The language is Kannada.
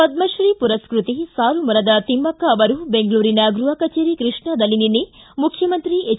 ಪದ್ರತ್ರೀ ಪುರಸ್ಕೃತೆ ಸಾಲುಮರದ ತಿಮಕ್ಷ ಅವರು ಬೆಂಗಳೂರಿನ ಗೃಪ ಕಚೇರಿ ಕೃಷ್ಣದಲ್ಲಿ ನಿನ್ನ ಮುಖ್ಯಮಂತ್ರಿ ಪೆಚ್